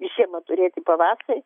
žiemą turėti pavasarį